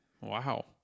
Wow